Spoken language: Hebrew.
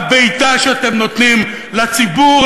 הבעיטה שאתם נותנים לציבור,